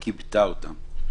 "כיבתה" אותם.